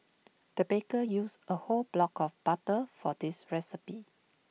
the baker used A whole block of butter for this recipe